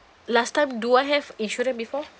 last time do I have insurance before